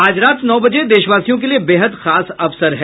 आज रात नौ बजे देशवासियों के लिए बेहद खास अवसर है